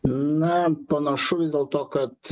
na panašu vis dėl to kad